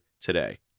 today